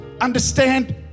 understand